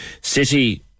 City